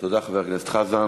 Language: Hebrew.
תודה, חבר הכנסת חזן.